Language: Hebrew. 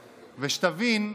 שתבין,